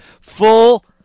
Full